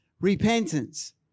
repentance